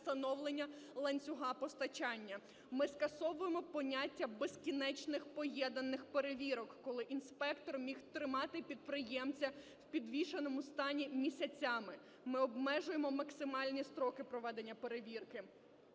встановлення ланцюга постачання. Ми скасовуємо поняття "безкінечних поєднаних перевірок", коли інспектор міг тримати підприємця у підвішеному стані місяцями. Ми обмежуємо максимальні строки проведення перевірки.